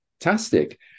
fantastic